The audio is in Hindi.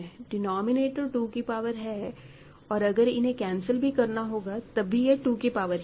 डिनोमिनेटर 2 की पावर है और अगर इन्हें कैंसिल भी करना होगा तब भी यह 2 की पावर ही है